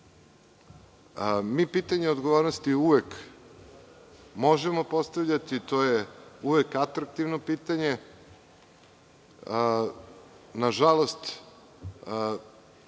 pitanje odgovornosti uvek možemo postavljati. To je uvek atraktivno pitanje. Na žalost,